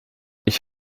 ich